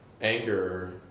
anger